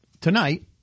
tonight